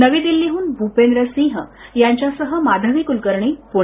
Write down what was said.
नवी दिल्लीहून भूपेंद्र सिंह यांच्यासह माधवी कुलकर्णी पुणे